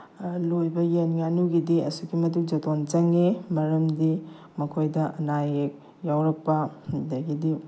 ꯂꯣꯏꯕ ꯌꯦꯟ ꯉꯥꯅꯨꯒꯤꯗꯤ ꯑꯁꯨꯛꯀꯤ ꯃꯇꯤꯛ ꯖꯣꯇꯣꯟ ꯆꯪꯉꯤ ꯃꯔꯝꯗꯤ ꯃꯈꯣꯏꯗ ꯑꯅꯥ ꯑꯌꯦꯛ ꯌꯥꯎꯔꯛꯄ ꯑꯗꯒꯤꯗꯤ